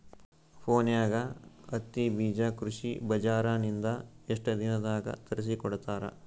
ಫೋನ್ಯಾಗ ಹತ್ತಿ ಬೀಜಾ ಕೃಷಿ ಬಜಾರ ನಿಂದ ಎಷ್ಟ ದಿನದಾಗ ತರಸಿಕೋಡತಾರ?